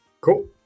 Cool